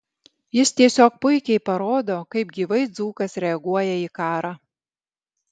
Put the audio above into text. jis tiesiog puikiai parodo kaip gyvai dzūkas reaguoja į karą